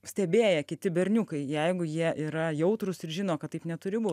stebėję kiti berniukai jeigu jie yra jautrūs ir žino kad taip neturi būt